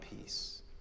peace